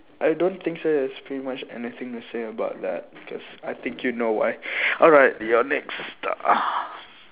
I don't think so there's pretty much anything to say about that because I think you know why alright ya next